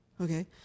Okay